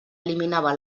eliminava